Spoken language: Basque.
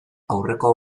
aurreko